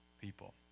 people